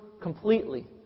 completely